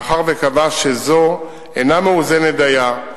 מאחר שקבעה שזו "אינה מאוזנת דיה,